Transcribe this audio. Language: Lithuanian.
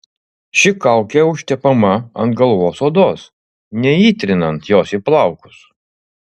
ši kaukė užtepama ant galvos odos neįtrinant jos į plaukus